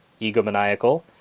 egomaniacal